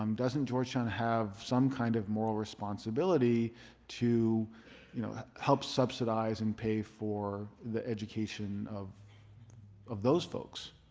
um doesn't georgetown have some kind of moral responsibility to you know help subsidize and pay for the education of of those folks?